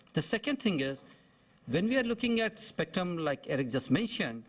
the second thing is when you are looking at spectrum, like erick just mentioned,